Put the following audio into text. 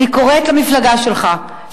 אני קוראת למפלגה שלך,